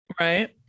right